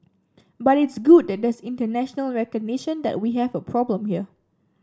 but it's good that there's international recognition that we have a problem here